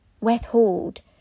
withhold